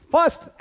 First